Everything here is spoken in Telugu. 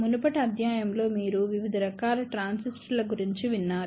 మునుపటి అధ్యాయం లో మీరు వివిధ రకాల ట్రాన్సిస్టర్ల గురించి విన్నారు